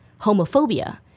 homophobia